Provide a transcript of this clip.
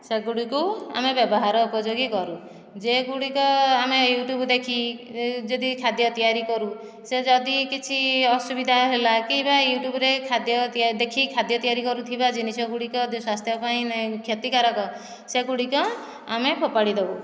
ସେଗୁଡ଼ିକୁ ଆମେ ବ୍ୟବହାର ଉପଯୋଗୀ କରୁ ଯେଉଁଗୁଡ଼ିକ ଆମେ ୟୁଟ୍ୟୁବ୍ ଦେଖି ଯଦି ଖାଦ୍ୟ ତିଆରି କରୁ ସେ ଯଦି କିଛି ଅସୁବିଧା ହେଲା କି ୟୁଟ୍ୟୁବ୍ରେ ଦେଖି ଖାଦ୍ୟ ତିଆରି କରୁଥିବା ଜିନିଷଗୁଡ଼ିକ ସ୍ୱାସ୍ଥ୍ୟ ପାଇଁ କ୍ଷତିକାରକ ସେଗୁଡ଼ିକ ଆମେ ଫୋପାଡ଼ିଦେଉ